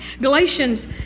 Galatians